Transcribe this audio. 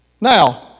Now